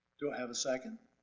do i have a second?